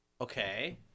Okay